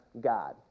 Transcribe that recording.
God